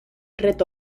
ret